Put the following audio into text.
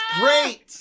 great